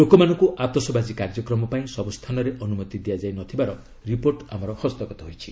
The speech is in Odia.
ଲୋକମାନଙ୍କୁ ଆତସବାଜି କାର୍ଯ୍ୟକ୍ରମ ପାଇଁ ସବୁ ସ୍ଥାନରେ ଅନୁମତି ଦିଆଯାଇ ନ ଥିବାର ରିପୋର୍ଟ ଆମର ହସ୍ତଗତ ହୋଇଛି